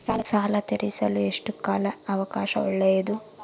ಸಾಲ ತೇರಿಸಲು ಎಷ್ಟು ಕಾಲ ಅವಕಾಶ ಒಳ್ಳೆಯದು?